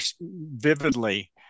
vividly